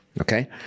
Okay